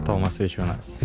tomas vaičiūnas